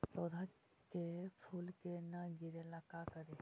पौधा के फुल के न गिरे ला का करि?